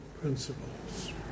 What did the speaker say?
principles